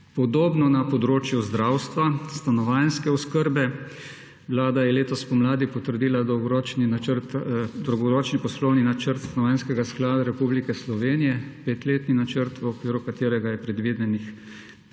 Podobno na področju zdravstva, stanovanjske oskrbe. Vlada je letos spomladi potrdila dolgoročni poslovni načrt Stanovanjskega sklada Republike Slovenije, petletni načrt, v okviru katerega je predvidenih 5 tisoč